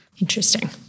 Interesting